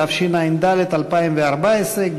התשע"ד 2014,